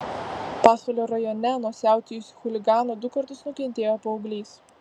pasvalio rajone nuo siautėjusių chuliganų du kartus nukentėjo paauglys